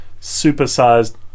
super-sized